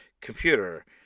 computer